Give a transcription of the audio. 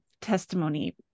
testimony